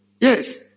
yes